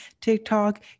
TikTok